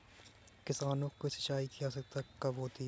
किसानों को सिंचाई की आवश्यकता कब होती है?